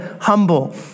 humble